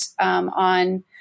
on